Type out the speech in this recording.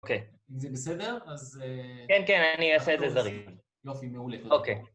אוקיי. אם זה בסדר, אז... כן, כן, אני אעשה את זה זריז. יופי, מעולה. אוקיי.